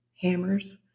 hammers